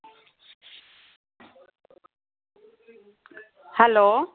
hello